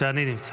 השנייה.